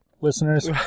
listeners